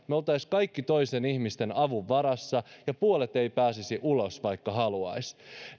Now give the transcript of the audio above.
jos me olisimme kaikki toisten ihmisten avun varassa ja puolet ei pääsisi ulos vaikka haluaisi